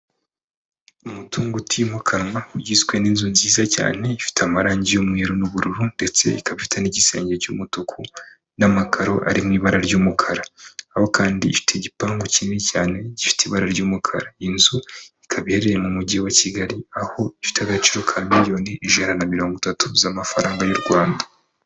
Umutungo utimukanwa ugizwe n'inzu nziza cyane, ifite amarangi y'umweru n'ubururu ndetse ikaba ifite n'igisenge cy'umutuku n'amakaro ari mu ibara ry'umukara. Aho kandi ifite igipangu kinini cyane gifite ibara ry'umukara, inzu ikaba iherereye mu Mujyi wa Kigali, aho ifite agaciro ka miliyoni ijana na mirongo itatu z'amafaranga y'u Rwanda.